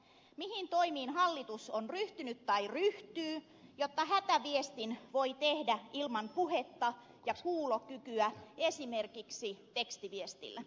mihin toimiin hallitus on ryhtynyt tai ryhtyy jotta hätäviestin voi tehdä ilman puhetta ja kuulokykyä esimerkiksi tekstiviestillä